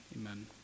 Amen